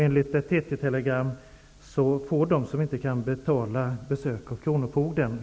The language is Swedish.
Enligt ett TT telegram får de som inte kan betala besök av Kronofogden.